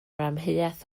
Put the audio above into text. amheuaeth